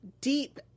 deep